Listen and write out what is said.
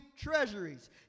treasuries